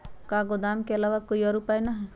का गोदाम के आलावा कोई और उपाय न ह?